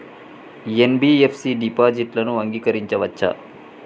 NBFC డిపాజిట్లను అంగీకరించవచ్చా?